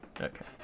Okay